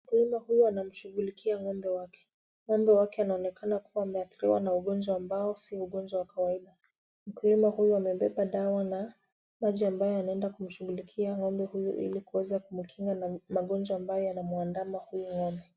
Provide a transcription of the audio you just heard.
Mkulima huyu anamshughulikia ng'ombe wake. Ng'ombe wake anaonekana kuwa ameathirika na ugonjwa ambao si ugonjwa wa kawaida. Mkulima amebeba maji na dawa ambayo anaenda kumshughulikia ng'ombe huyu ili kumkinga na magonjwa yanayomwandama huyu ng'ombe.